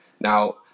Now